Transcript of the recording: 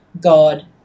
God